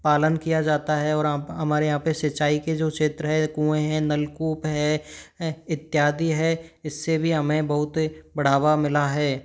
पालन किया जाता है और हमारे यहाँ पर सिंचाई के जो क्षेत्र हैं कुएँ हैं नल कूप हैं इत्यादि हैं इससे भी हमें बहुत बढ़ावा मिला है